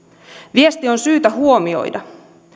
viesti on syytä huomioida